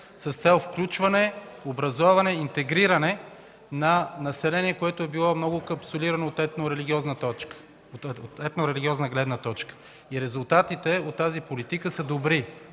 цел – включване, образоване и интегриране на население, което е било много капсулирано от етнорелигиозна гледна точка. Резултатите от тази политика са добри